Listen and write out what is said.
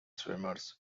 swimmers